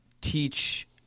teach